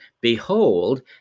Behold